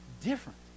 different